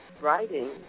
writing